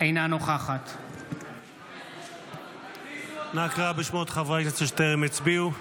אינה נוכחת אנא קרא בשמות חברי הכנסת שטרם הצביעו.